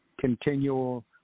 continual